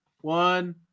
one